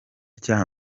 cya